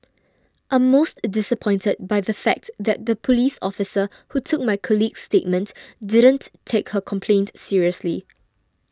I'm most disappointed by the fact that the police officer who took my colleague's statement didn't take her complaint seriously